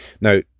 Now